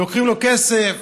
ולוקחים לו כסף,